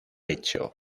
hecho